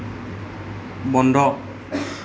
বন্ধ